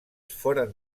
foren